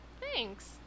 Thanks